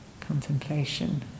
contemplation